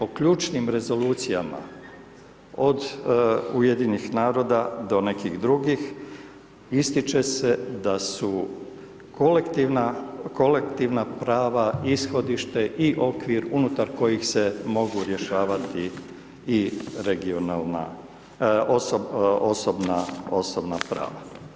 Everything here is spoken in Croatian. O ključnim rezolucijama od UN-a do nekih drugih ističe se da su kolektivna prava, ishodište i okvir unutar kojih se mogu rješavati i regionalna, osobna prava.